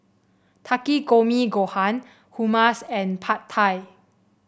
Takikomi Gohan Hummus and Pad Thai